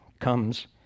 comes